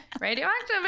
radioactive